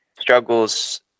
struggles